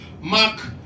Mark